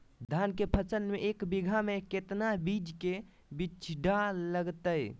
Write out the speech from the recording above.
धान के फसल में एक बीघा में कितना बीज के बिचड़ा लगतय?